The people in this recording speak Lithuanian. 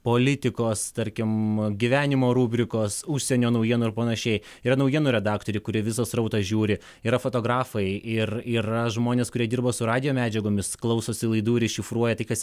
politikos tarkim gyvenimo rubrikos užsienio naujienų ir panašiai yra naujienų redaktorė kuri visą srautą žiūri yra fotografai ir yra žmonės kurie dirba su radijo medžiagomis klausosi laidų ir iššifruoja tik kas